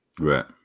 Right